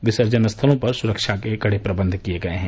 विसर्जन स्थलों पर सुरक्षा के कड़े प्रबंध किए गये हैं